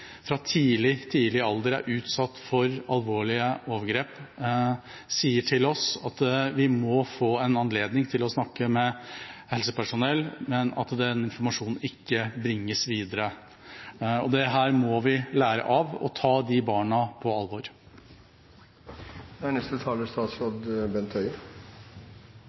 fra de barna som fra tidlig, tidlig alder er utsatt for alvorlige overgrep. De sier til oss at vi må få en anledning til å snakke med helsepersonell, men den informasjonen må ikke bringes videre. Dette må vi lære av, og vi må ta de barna på